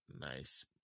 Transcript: nice